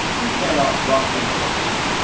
you cannot not think about something.